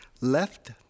Left